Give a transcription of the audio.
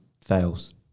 fails